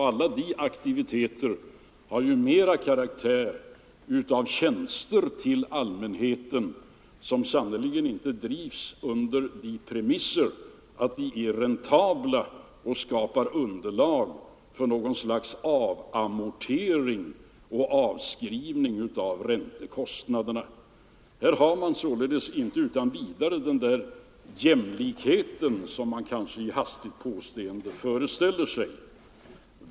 Alla sådana aktiviteter har karaktär av tjänster till allmänheten, och de lämnas inte på sådana premisser att de är räntabla och skapar underlag för någon amortering och avskrivning av räntekostnaderna. Här finns således inte utan vidare den jämställdhet mellan staten och de privata företagen som man kanske vid hastigt påseende föreställer sig.